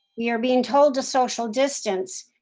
we are being told to social distance.